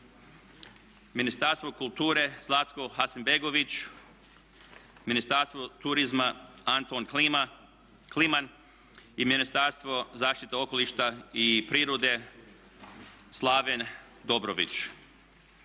Ministarstvo kulture Zlatko Hasanbegović. Ministarstvo turizma Anton Kliman. I ministarstvo zaštite okoliša i prirode Slaven Dobrović.